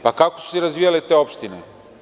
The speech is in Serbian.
Pa, kako su se razvijale te opštine?